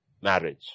marriage